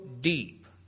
deep